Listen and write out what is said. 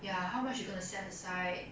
ya how much you gonna set aside